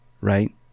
right